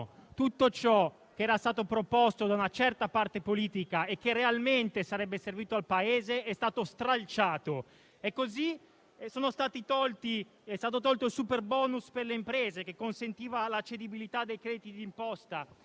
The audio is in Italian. tutto ciò che era stato proposto da una certa parte politica e che realmente sarebbe servito al Paese è stato stralciato. Così sono stati tolti il superbonus per le imprese, che consentiva la cedibilità dei crediti di imposta,